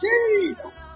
Jesus